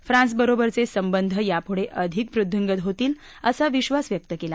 फ्रान्सबरोबरचे संबंध यापुढे अधिक वृद्वींगत होतील असा विश्वास व्यक्त केला